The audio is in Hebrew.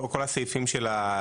כל הסעיפים של,